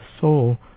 soul